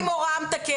שעתיים מורה מתקנת.